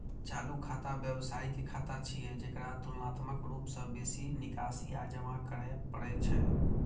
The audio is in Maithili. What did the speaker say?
चालू खाता व्यवसायी के खाता छियै, जेकरा तुलनात्मक रूप सं बेसी निकासी आ जमा करै पड़ै छै